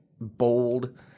bold